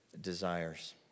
desires